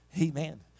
Amen